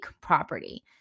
property